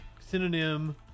synonym